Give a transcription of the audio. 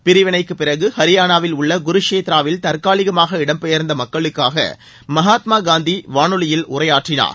பிரிவினைக்குப் பிறகு வஹரியானாவில் உள்ள குருஷேத்ராவில் தற்காலிகமாக இடம் பெயர்ந்த மக்களுக்காக மகாத்மா காந்தி வானொலியில் உரையாற்றினார்